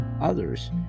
others